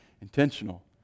intentional